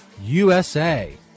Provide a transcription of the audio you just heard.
usa